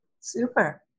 Super